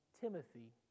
Timothy